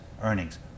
earnings